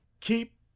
Keep